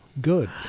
Good